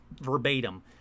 verbatim